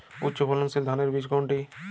উচ্চ ফলনশীল ধানের বীজ কোনটি?